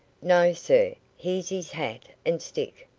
no, sir here's his hat and stick.